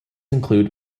include